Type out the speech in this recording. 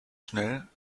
schnell